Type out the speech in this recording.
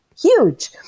huge